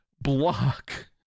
Block